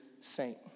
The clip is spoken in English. saint